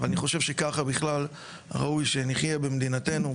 ואני חושב שככה בכלל ראוי שנחייה במדינתנו.